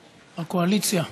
הקואליציה.